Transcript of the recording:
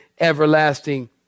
everlasting